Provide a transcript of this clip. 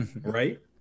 right